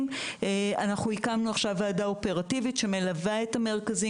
אנחנו הקמנו עכשיו ועדה אופרטיבית שמלווה את המרכזים,